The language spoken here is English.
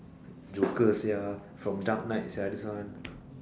joker sia from dark knight sia this one